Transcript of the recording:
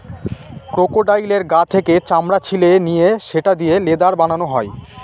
ক্রোকোডাইলের গা থেকে চামড়া ছিলে নিয়ে সেটা দিয়ে লেদার বানানো হয়